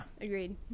agreed